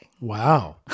Wow